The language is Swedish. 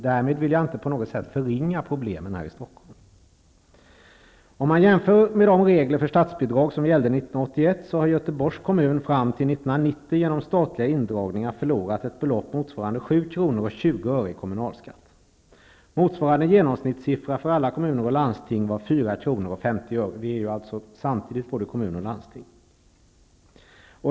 Därmed vill jag inte på något sätt förringa problemen i Stockholm. Om man jämför med de regler för statsbidrag som gällde 1981, finner man att Göteborgs kommun fram till 1990 genom statliga indragningar förlorat ett belopp motsvarande 7:20 kr. i kommunalskatt. Motsvarande genomsnittssiffra för alla kommuner och landsting var 4:50 kr.